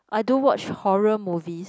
I do watch horror movies